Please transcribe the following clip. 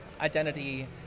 identity